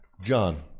John